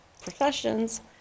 professions